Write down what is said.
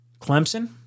Clemson